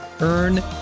Earn